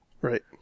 right